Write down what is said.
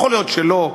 יכול להיות שלא.